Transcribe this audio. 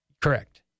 Correct